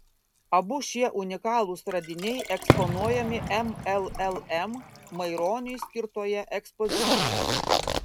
abu šie unikalūs radiniai eksponuojami mllm maironiui skirtoje ekspozicijoje